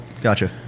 Gotcha